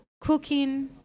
cooking